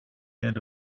end